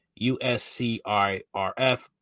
USCIRF